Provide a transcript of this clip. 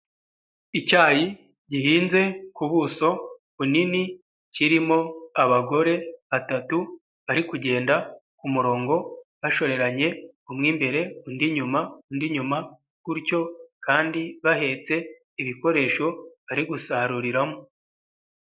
Icyayi gihinze ku buso bunini kirimo abagore batatu bari kugenda ku murongo bashoreranye umwe imbere undi inyuma, undi inyuma gutyo kandi bahetse ibikoresho bari gusaruriramo.